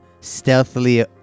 stealthily